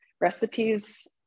recipes